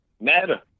matter